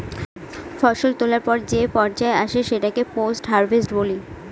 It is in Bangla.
ফসল তোলার পর যে পর্যায় আসে সেটাকে পোস্ট হারভেস্ট বলি